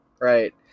right